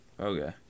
Okay